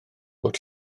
bod